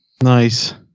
Nice